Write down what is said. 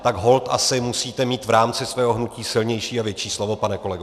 Tak holt asi musíte mít v rámci svého hnutí silnější a větší slovo, pane kolego.